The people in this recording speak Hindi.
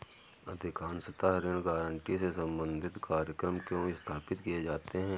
अधिकांशतः ऋण गारंटी से संबंधित कार्यक्रम क्यों स्थापित किए जाते हैं?